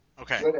Okay